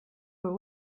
but